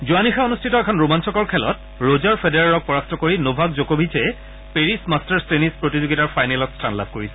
যোৱা নিশা অনুষ্ঠিত এখন ৰোমাঞ্চকৰ খেলত ৰোজাৰ ফেডাৰেৰক পৰাস্ত কৰি নভাক জ'ক'ভিচে পেৰিচ মাটাৰ্ছ টেনিছ প্ৰতিযোগিতাৰ ফাইনেলত স্থান লাভ কৰিছে